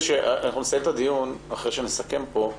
אנחנו נסיים את הדיון אחרי שנסכם פה,